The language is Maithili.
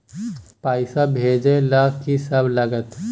पैसा भेजै ल की सब लगतै?